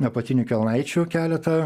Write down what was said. apatinių kelnaičių keletą